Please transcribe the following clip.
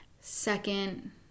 Second